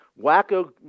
wacko